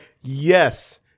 yes